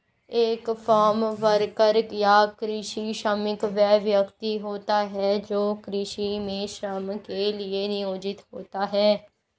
एक farm worker या कृषि श्रमिक वह व्यक्ति होता है जो कृषि में श्रम के लिए नियोजित होता है